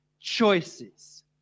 Choices